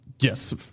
Yes